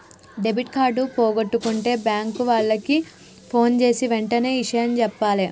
debit card పోగొట్టుకుంటే bank వాళ్లకి ఫోన్జేసి వెంటనే ఇషయం జెప్పాలే